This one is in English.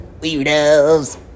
Weirdos